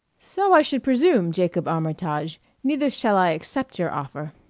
so i should presume, jacob armitage, neither shall i accept your offer.